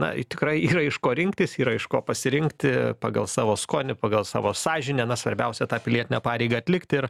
na tikrai yra iš ko rinktis yra iš ko pasirinkti pagal savo skonį pagal savo sąžinę na svarbiausia tą pilietinę pareigą atlikti ir